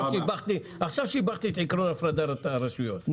עכשיו שיבחתי את עקרון הפרדת הרשויות,